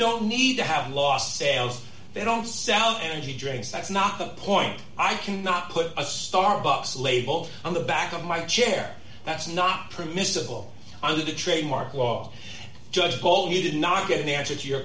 don't need to have lost sales they don't sound and he drinks that's not the point i cannot put a starbucks label on the back of my chair that's not permissible under the trademark law just told me did not get an answer to your